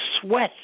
sweat